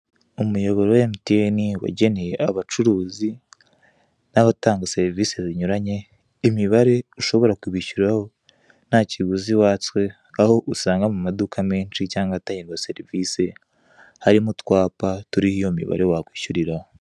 Umuyoboro wa Mtn wageneye abacuruzi n'abatanga serivisi zinyuranye imibare ushobora kubishyuriraho nta kiguzi watswe aho usanga mu maduka menshi cyangwa ahatangirwa serivise harimo utwapa turiho iyo mibare wakwishyuriraho.